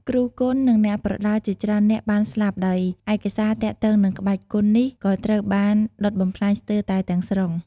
គ្រូគុន និងអ្នកប្រដាល់ជាច្រើននាក់បានស្លាប់ ហើយឯកសារទាក់ទងនឹងក្បាច់គុននេះក៏ត្រូវបានដុតបំផ្លាញស្ទើរតែទាំងស្រុង។